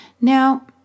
Now